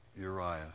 Uriah